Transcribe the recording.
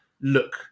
look